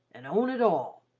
an' own it all!